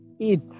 eat